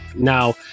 Now